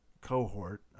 cohort